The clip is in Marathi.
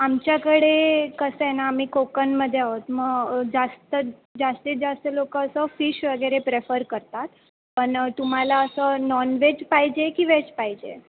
आमच्याकडे कसं आहे ना आम्ही कोकणमध्ये आहोत मग जास्त जास्तीत जास्त लोक असं फिश वगैरे प्रेफर करतात पण तुम्हाला असं नॉनव्हेज पाहिजे की वेज पाहिजे